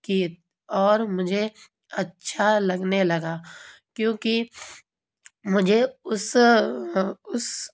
کی اور مجھے اچھا لگنے لگا کیوں کہ مجھے اس اس